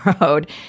Road